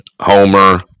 Homer